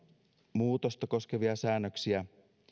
muutosta koskevia säännöksiä